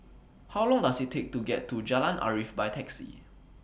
How Long Does IT Take to get to Jalan Arif By Taxi